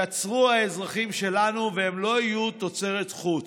ייצרו האזרחים שלנו והם לא יהיו תוצרת חוץ.